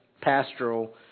pastoral